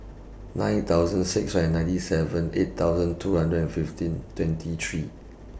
nine thousand six hundred and ninety seven eight thousand two hundred and fifteen twenty three